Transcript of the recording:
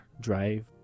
drive